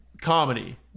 comedy